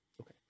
Okay